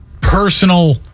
personal